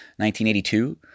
1982